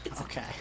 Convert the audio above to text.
Okay